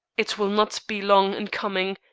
it will not be long in coming,